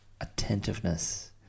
attentiveness